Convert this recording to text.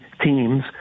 teams